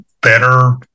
better